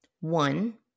one